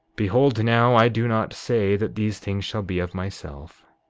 behold now, i do not say that these things shall be, of myself,